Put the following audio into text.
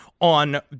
on